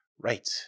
Right